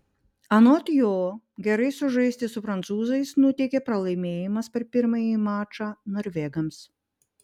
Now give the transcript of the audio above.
anot jo gerai sužaisti su prancūzais nuteikė pralaimėjimas per pirmąjį mačą norvegams